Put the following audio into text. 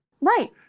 Right